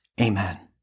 Amen